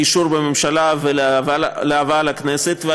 אני